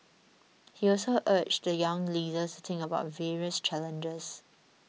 he also urged the young leaders to think about various challenges